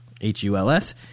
H-U-L-S